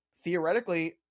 theoretically